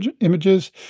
images